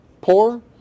poor